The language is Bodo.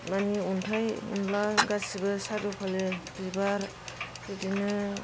माने अन्थाइ अनला गासिबो सारिय'फाले बिबार बिदिनो